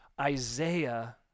Isaiah